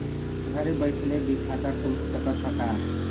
घरे बइठले भी खाता खुल सकत ह का?